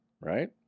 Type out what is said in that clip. right